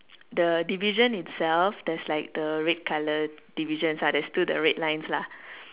the division itself there's like the red colour divisions lah there's still the red lines lah